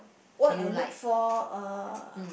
what I look for uh